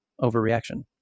overreaction